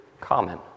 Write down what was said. common